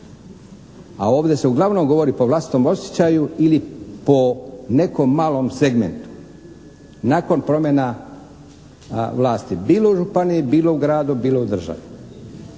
a ovdje se uglavnom govori po vlastitom osjećaju ili po nekom malom segmentu nakon promjena vlasti bilo županije, bilo u gradu, bilo u državi.